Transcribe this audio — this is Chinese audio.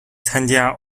参加